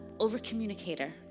over-communicator